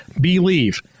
Believe